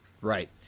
Right